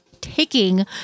taking